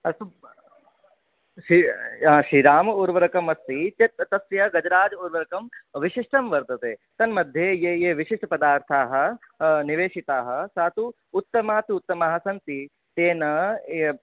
अस्तु श्री श्रीराम उर्वरकम् अस्ति चेत् तस्य गजराज उर्वरकम् विशिष्टं वर्तते तन्मध्ये ये ये विशिष्टपदार्थाः निवेशिताः सा तु उत्तमा तु उत्तमाः सन्ति तेन